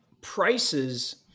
prices